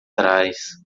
traz